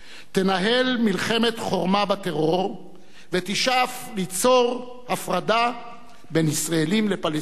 תנהל מלחמת חורמה בטרור ותשאף ליצור הפרדה בין ישראלים לפלסטינים.